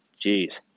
Jeez